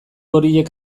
horiek